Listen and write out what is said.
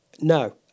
No